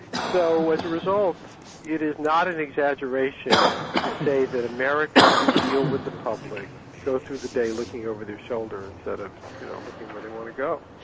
so as a result it is not an exaggeration to say that americans who deal with the public go through the day looking over their shoulder instead of you know looking where they want to go.